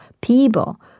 people